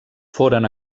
foren